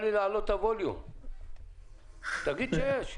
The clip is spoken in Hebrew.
תגיד שיש.